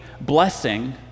blessing